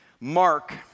Mark